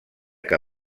que